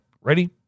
Ready